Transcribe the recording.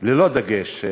ללא דגש.